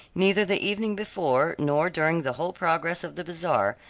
neither the evening before, nor during the whole progress of the bazaar,